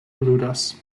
aludas